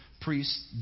priests